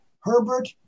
Herbert